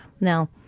Now